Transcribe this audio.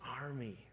army